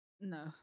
No